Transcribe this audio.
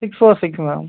six four six ma'am